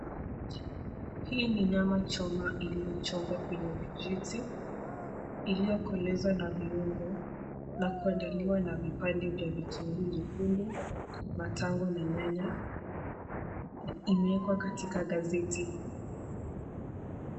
Hii ni nyama choma iliyochomwa kwenye vijiti iliokolezwa na viungu na kuandaliwa na vipande vya vitunguu nyekundu, matangu na nyanya. Imewekwa katika gazeti.